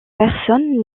personne